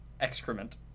excrement